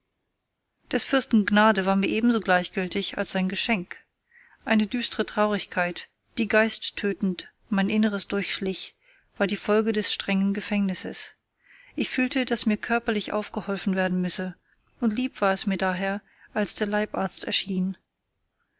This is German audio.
des fürsten gnade war mir ebenso gleichgültig als sein geschenk eine düstre traurigkeit die geisttötend mein inneres durchschlich war die folge des strengen gefängnisses ich fühlte daß mir körperlich aufgeholfen werden müsse und lieb war es mir daher als der leibarzt erschien